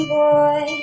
boy